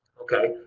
okay?